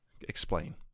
Explain